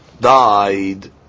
died